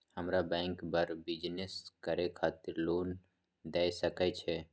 हमरा बैंक बर बिजनेस करे खातिर लोन दय सके छै?